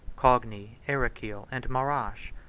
cogni, erekli, and marash.